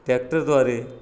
टॅक्टरद्वारे